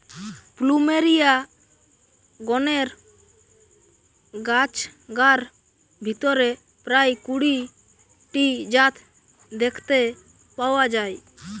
plumeria গণের গাছগার ভিতরে প্রায় কুড়ি টি জাত দেখতে পাওয়া যায়